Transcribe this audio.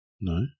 No